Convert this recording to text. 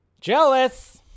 Jealous